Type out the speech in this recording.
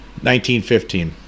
1915